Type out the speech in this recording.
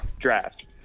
draft